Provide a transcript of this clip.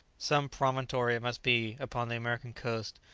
some promontory it must be upon the american coast.